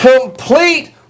complete